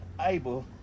able